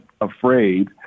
afraid